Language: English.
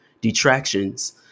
detractions